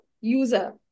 user